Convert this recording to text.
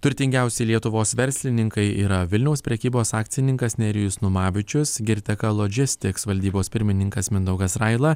turtingiausi lietuvos verslininkai yra vilniaus prekybos akcininkas nerijus numavičius girteka logistics valdybos pirmininkas mindaugas raila